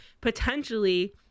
potentially